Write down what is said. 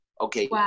Okay